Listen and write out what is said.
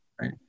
right